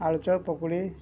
ଆଳୁଚପ୍ ପୋକଡ଼ି